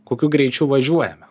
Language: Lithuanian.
kokiu greičiu važiuojame